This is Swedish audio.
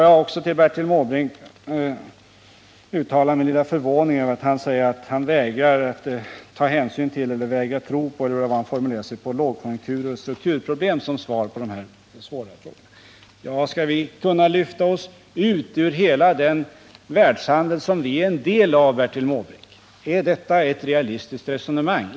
Jag vill uttala min förvåning över att Bertil Måbrink vägrar att ta hänsyn till eller tro på hur han nu formulerade sig — lågkonjunktur och strukturproblem som förklaring till svårigheterna. Hur skall vi kunna lyfta oss ut ur hela den världshandel som vi är en del av, Bertil Måbrink? Är detta ett realistiskt resonemang?